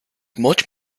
much